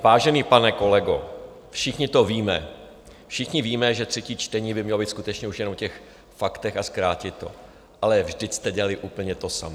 Vážený pane kolego, všichni to víme, všichni víme, že třetí čtení by mělo být skutečně jen o těch faktech a zkrátit to, ale vždyť jste dělali úplně to samé.